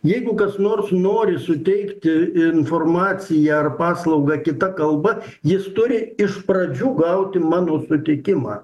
jeigu kas nors nori suteikti informaciją ar paslaugą kita kalba jis turi iš pradžių gauti mano sutikimą